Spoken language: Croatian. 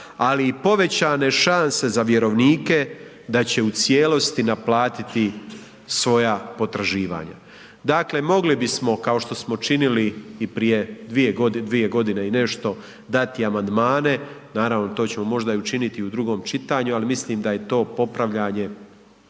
ali i povećane šanse za vjerovnike da će u cijelosti naplatiti svoja potraživanja. Dakle, mogli bismo kao što smo činili i prije dvije godine i nešto dati amandmane, naravno to ćemo možda i učiniti u drugom čitanju, ali mislim da je to popravljanje